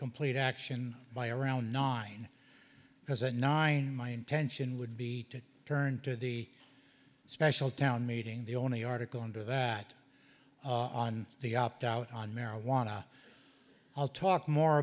complete action by around nine because a nine my intention would be to turn to the special town meeting the only article into that on the opt out on marijuana i'll talk more